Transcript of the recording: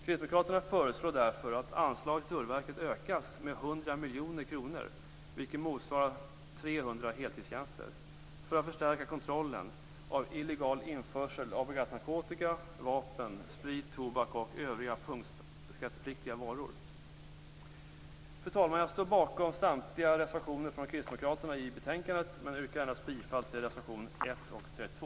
Kristdemokraterna föreslår därför att anslaget till Tullverket utökas med 100 miljoner kronor, vilket motsvarar 300 heltidstjänster, för att förstärka kontrollen av illegal införsel av bl.a. narkotika, vapen, sprit, tobak och övriga punktskattepliktiga varor. Fru talman! Jag står bakom Kristdemokraternas samtliga reservationer i betänkandet, men jag yrkar bifall endast till reservationerna 1 och 32.